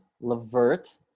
Levert